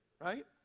right